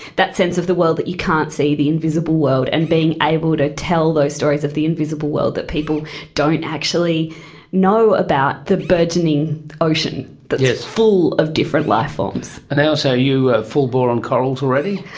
that sense of the world, that you can't see the invisible world, and being able to tell those stories of the invisible world that people don't actually know about, the burgeoning ocean that is full of different life forms. and ailsa, are you a full bore on corals already?